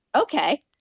okay